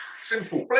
Simple